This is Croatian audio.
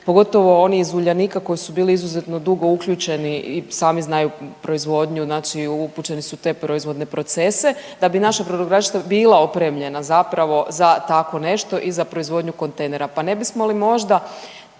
pogotovo oni iz Uljanika koji su bili izuzetno dugo uključeni i sami znaju proizvodnju naši upućeni su u te proizvodne procese da bi naša brodogradilišta bila opremljena zapravo za tako nešto i za proizvodnju kontejnera. Pa ne bismo li možda